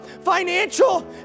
financial